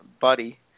Buddy